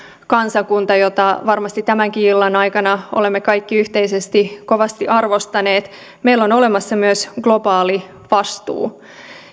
kansakuntana jota varmasti tämänkin illan aikana olemme kaikki yhteisesti kovasti arvostaneet meillä on olemassa myös globaali vastuu